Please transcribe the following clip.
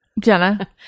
Jenna